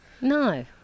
No